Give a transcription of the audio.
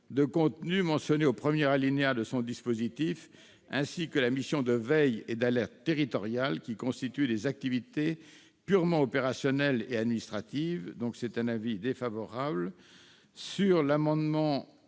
de contenus mentionnée au premier alinéa de son dispositif, ainsi que de la mission de veille et d'alerte territoriale, qui constituent des activités purement opérationnelles et administratives. La commission émet donc un avis défavorable. S'agissant